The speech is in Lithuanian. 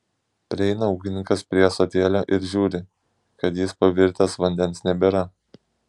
prieina ūkininkas prie ąsotėlio ir žiūri kad jis pavirtęs vandens nebėra